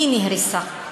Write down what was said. היא נהרסה.